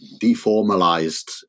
deformalized